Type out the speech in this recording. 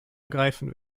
ergreifen